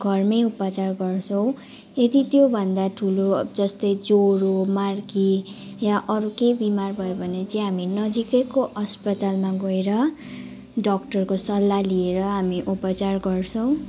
घरमै उपचार गर्छौँ यदि त्योभन्दा ठुलो जस्तै ज्वरो मार्की या अरू केही बिमार भयो भने चाहिँ हामी नजिकैको अस्पतालमा गएर डक्टरको सल्लाह लिएर हामी उपचार गर्छौँ